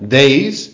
days